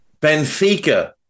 Benfica